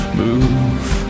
move